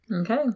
Okay